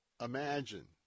imagine